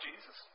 Jesus